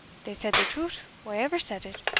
they said the truth whaever said it,